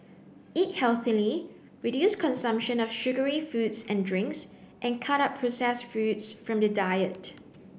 eat healthily reduce consumption of sugary foods and drinks and cut out processed foods from the diet